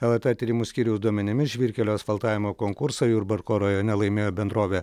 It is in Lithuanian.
lrt tyrimų skyriaus duomenimis žvyrkelių asfaltavimo konkursą jurbarko rajone laimėjo bendrovė